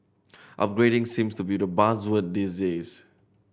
upgrading seems to be the buzzword disease